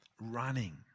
running